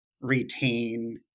retain